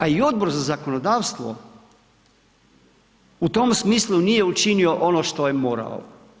A i Odbor za zakonodavstvo, u tom smislu nije učinio ono što je morao.